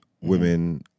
women